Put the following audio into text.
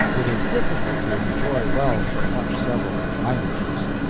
it is difficult to enjoy well so much several languages.